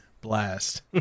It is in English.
blast